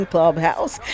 Clubhouse